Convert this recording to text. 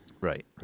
Right